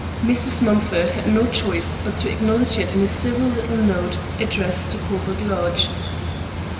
mrs. mumford had no choice but to acknowledge it in a civil little note addressed to coburg lodge.